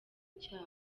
cyabo